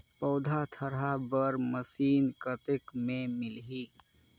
पौधा थरहा बर मशीन कतेक मे मिलही?